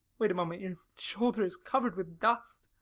wait a moment your shoulder is covered with dust.